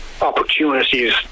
opportunities